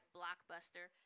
blockbuster